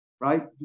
right